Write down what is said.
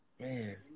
Man